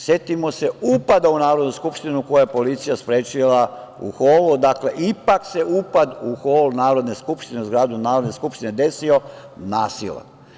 Setimo se upada u Narodnu skupštinu koji je policija sprečila u holu, dakle, ipak se upad u hol Narodne skupštine, u zgradu Narodne skupštine desio nasilan.